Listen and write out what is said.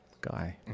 guy